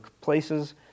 places